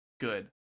Good